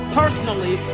personally